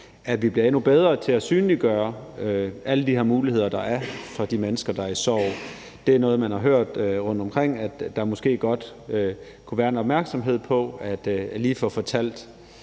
at vi bliver endnu bedre til at synliggøre alle de muligheder, der er for de mennesker, der er i sorg, og noget af det, man rundtomkring har hørt, er, at der måske godt kunne være en opmærksomhed på lige at få fortalt